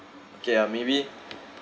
okay ah maybe